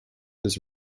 this